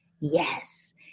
Yes